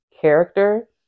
character